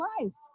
lives